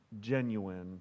genuine